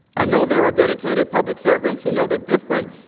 i know there are dedicated public servants who know the difference